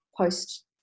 post